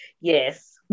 Yes